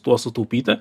tuo sutaupyti